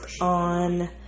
on